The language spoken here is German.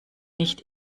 nicht